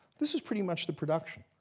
this was pretty much the production.